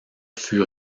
fut